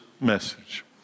message